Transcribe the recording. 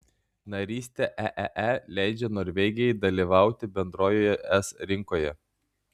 narystė eee leidžia norvegijai dalyvauti bendrojoje es rinkoje